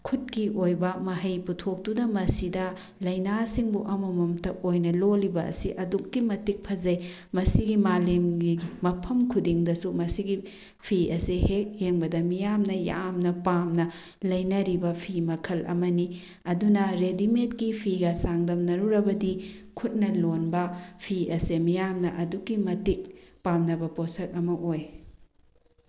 ꯈꯨꯠꯀꯤ ꯑꯣꯏꯕ ꯃꯍꯩ ꯄꯨꯊꯣꯛꯇꯨꯅ ꯃꯁꯤꯗ ꯂꯩꯅꯥꯁꯤꯡꯕꯨ ꯑꯃꯃꯝꯇ ꯑꯣꯏꯅ ꯂꯣꯜꯂꯤꯕ ꯑꯁꯤ ꯑꯗꯨꯛꯀꯤ ꯃꯇꯤꯛ ꯐꯖꯩ ꯃꯁꯤꯒꯤ ꯃꯥꯂꯦꯝꯒꯤ ꯃꯐꯝ ꯈꯨꯗꯤꯡꯗꯁꯨ ꯃꯁꯤꯒꯤ ꯐꯤ ꯑꯁꯦ ꯍꯦꯛ ꯌꯦꯡꯕꯗ ꯃꯤꯌꯥꯝꯅ ꯌꯥꯝꯅ ꯄꯥꯝꯅ ꯂꯩꯅꯔꯤꯕ ꯐꯤ ꯃꯈꯜ ꯑꯃꯅꯤ ꯑꯗꯨꯅ ꯔꯦꯗꯤꯃꯦꯗꯀꯤ ꯐꯤꯒ ꯆꯥꯡꯗꯝꯅꯔꯨꯔꯕꯗꯤ ꯈꯨꯠꯅ ꯂꯣꯟꯕ ꯐꯤ ꯑꯁꯦ ꯃꯤꯌꯥꯝꯅ ꯑꯗꯨꯛꯀꯤ ꯃꯇꯤꯛ ꯄꯥꯝꯅꯕ ꯄꯣꯠꯁꯛ ꯑꯃ ꯑꯣꯏ